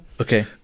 Okay